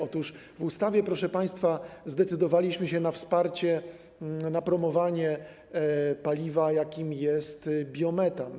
Otóż w ustawie, proszę państwa, zdecydowaliśmy się na wsparcie, na promowanie paliwa, jakim jest biometan.